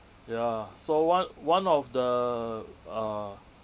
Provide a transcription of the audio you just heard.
ya so one one of the uh